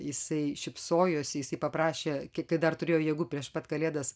jisai šypsojosi jisai paprašė kiek dar turėjo jėgų prieš pat kalėdas